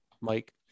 Mike